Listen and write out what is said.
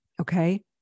Okay